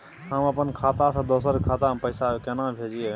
हम अपन खाता से दोसर के खाता में पैसा केना भेजिए?